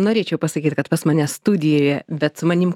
norėčiau pasakyt kad pas mane studijoje bet su manim